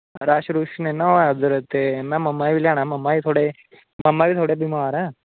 rush रुश नेईं ना होऐ उद्धर ते कन्नै में मम्मा गी लेआना ऐ मम्मा बी थोह्ड़े बमार न